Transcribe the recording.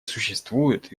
существуют